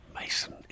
Mason